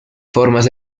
formas